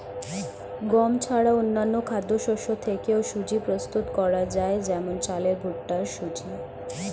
গম ছাড়া অন্যান্য খাদ্যশস্য থেকেও সুজি প্রস্তুত করা যায় যেমন চালের ভুট্টার সুজি